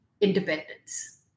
independence